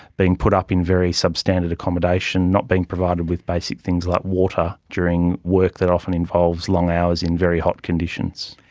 being put up in very substandard accommodation, not being provided with basic things like water during work that often involves long hours in very hot conditions.